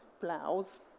blouse